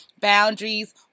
boundaries